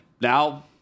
now